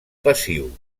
passiu